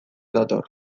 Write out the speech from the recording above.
dator